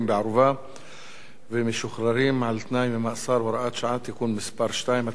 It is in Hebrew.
בערובה ומשוחררים על-תנאי ממאסר (הוראת שעה) (תיקון מס' 2),